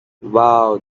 wow